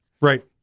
Right